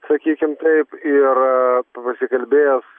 sakykim taip ir pasikalbėjęs